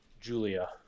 Julia